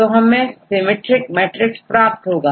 तो हमें symmetric matrix प्राप्त होगा